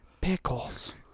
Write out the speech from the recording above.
Pickles